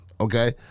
okay